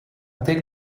take